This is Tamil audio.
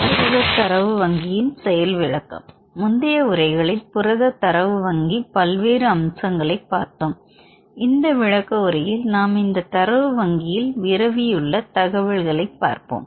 புரத தரவு வங்கியின் செயல் விளக்கம்முந்தைய உரைகளில் புரத தரவு வங்கி பல்வேறு அம்சங்களை பார்த்தோம் இந்த விளக்க உரையில் நாம் இந்த தரவு வங்கியில் விரவியுள்ள தகவல்களை பார்ப்போம்